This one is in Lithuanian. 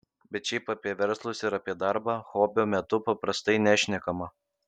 bet šiaip apie verslus ir apie darbą hobio metu paprastai nešnekama